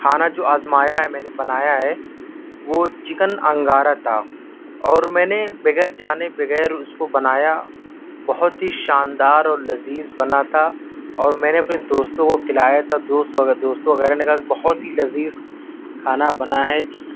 کھانا جو آزمایا ہے میں نے بنایا ہے وہ چکن انگارہ تھا اور میں نے بغیر جانے بغیر اس کو بنایا بہت ہی شاندار اور لذیذ بنا تھا اور میں نے اپںے دوستوں کو کھلایا تھا دوست دوستوں وغیرہ نے کہا کہ بہت ہی لذیذ کھانا بنا ہے